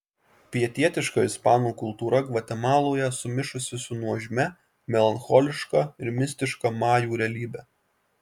pietietiška ispanų kultūra gvatemaloje sumišusi su nuožmia melancholiška ir mistiška majų realybe